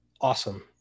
awesome